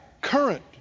current